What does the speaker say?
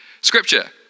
scripture